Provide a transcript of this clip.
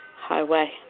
Highway